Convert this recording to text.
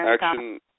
action